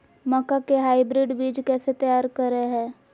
मक्का के हाइब्रिड बीज कैसे तैयार करय हैय?